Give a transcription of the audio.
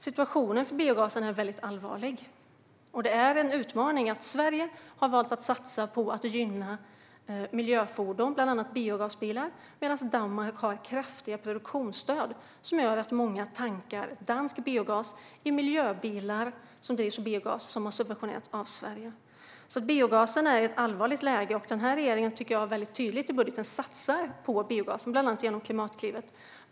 Situationen för biogasen är väldigt allvarlig. Det är en utmaning att Sverige har valt att satsa på att gynna miljöfordon, bland annat biogasbilar, medan Danmark har kraftiga produktionsstöd. Detta gör att många tankar dansk biogas i miljöbilar som har subventionerats av Sverige. Biogasen är i ett allvarligt läge. Den här regeringen tycker jag satsar väldigt tydligt på biogasen i budgeten, bland annat genom Klimatklivet.